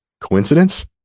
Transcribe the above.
Coincidence